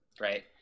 right